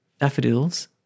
daffodils